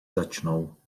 začnou